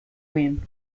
win